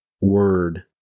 word